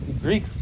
Greek